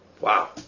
Wow